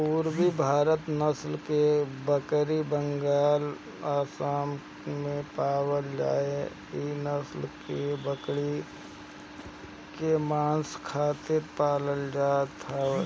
पुरबी भारत नसल के बकरी बंगाल, आसाम में पावल जाले इ नसल के बकरी के मांस खातिर पालल जात हवे